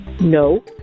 No